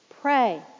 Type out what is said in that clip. pray